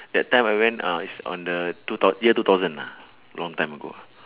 that time I went ah is on the two thou~ year two thousand ah long time ago